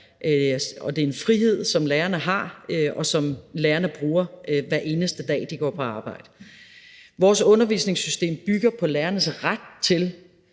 det er en frihed, som lærerne har, og som lærerne bruger, hver eneste dag de går på arbejde. Vores undervisningssystem bygger på lærernes ret til